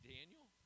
Daniel